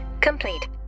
complete